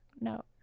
no